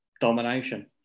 domination